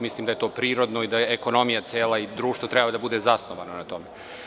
Mislim da je to prirodno i da cela ekonomija i društvo treba da bude zasnovano na tome.